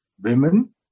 Women